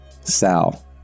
Sal